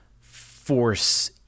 force